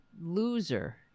loser